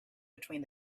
between